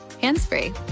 hands-free